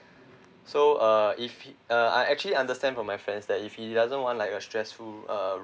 so uh if he I actually understand from my friends that if he doesn't want like a stressful uh